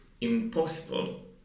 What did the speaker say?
impossible